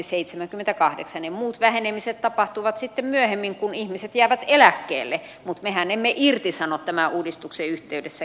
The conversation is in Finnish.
ne muut vähenemiset tapahtuvat sitten myöhemmin kun ihmiset jäävät eläkkeelle mehän emme irtisano tämän uudistuksen yhteydessä ketään